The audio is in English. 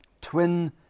twin